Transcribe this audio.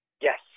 Yes